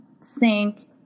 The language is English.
sink